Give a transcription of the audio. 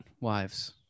wives